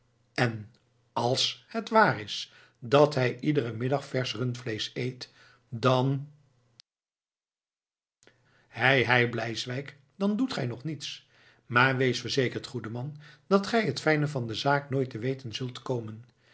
en àls het waar is dat hij iederen middag versch rundvleesch eet dan hei hei bleiswijck dan doet gij nog niets maar wees verzekerd goede man dat gij het fijne van de zaak nooit te weten zult komen